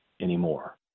anymore